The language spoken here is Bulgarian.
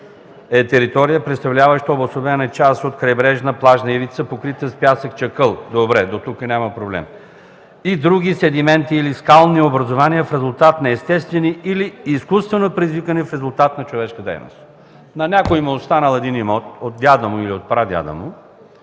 е: „Територия, представляваща обособена част от крайбрежна плажна ивица, покрита с пясък, чакъл” – добре, дотук няма проблем, „и други седиментни или скални образувания в резултат на естествени или изкуствено предизвикани процеси в резултат на човешка дейност”. На някой му останал имот от дядо му или прадядо му,